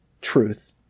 truth